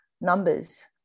numbers